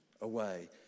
away